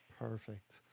Perfect